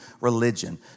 religion